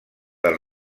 del